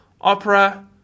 Opera